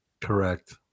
Correct